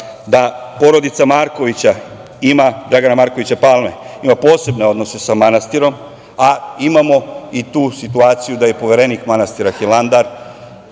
da porodica Dragana Markovića Palme ima poseban odnos sa manastirom, a imamo i tu situaciju da je poverenik manastira Hilandar